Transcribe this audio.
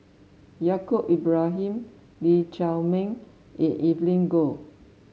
Yaacob Ibrahim Lee Chiaw Meng and Evelyn Goh